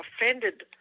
offended